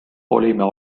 olime